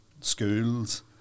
schools